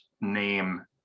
name